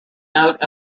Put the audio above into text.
note